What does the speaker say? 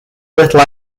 little